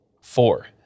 Four